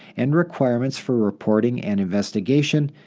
and requirements for reporting and investigation,